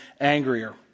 angrier